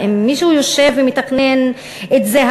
האם מישהו יושב ומתכנן את זה?